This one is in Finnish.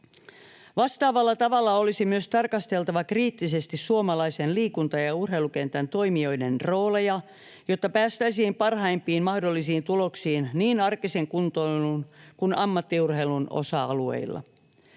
Vastaavalla tavalla olisi myös tarkasteltava kriittisesti suomalaisen liikunta- ja urheilukentän toimijoiden rooleja, jotta päästäisiin parhaimpiin mahdollisiin tuloksiin niin arkisen kuntoilun kuin ammattiurheilun osa-alueilla.